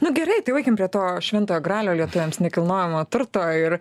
nu gerai tai jau eikim prie to šventojo gralio lietuviams nekilnojamo turto ir